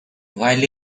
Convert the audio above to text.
while